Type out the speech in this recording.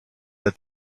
that